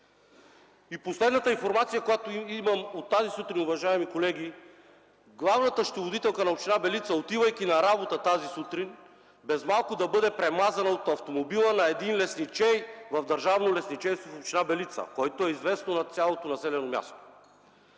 Последната информация, която имам от тази сутрин, уважаеми колеги, е, че главната счетоводителка на община Белица, отивайки на работа тази сутрин, без малко да бъде премазана от автомобила на един лесничей в Държавно лесничейство – община Белица, което е известно на цялото населено място.